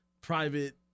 private